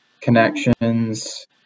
connections